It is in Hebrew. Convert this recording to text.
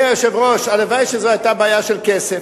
אדוני היושב-ראש, הלוואי שזו היתה בעיה של כסף.